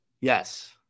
Yes